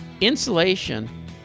insulation